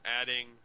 adding